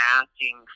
asking